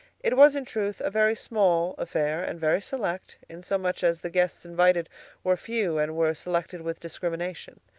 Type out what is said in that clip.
it was in truth a very small affair and very select, in so much as the guests invited were few and were selected with discrimination.